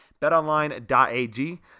BetOnline.ag